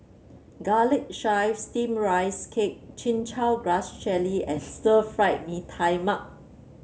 Garlic Chives Steamed Rice Cake Chin Chow Grass Jelly and Stir Fry Mee Tai Mak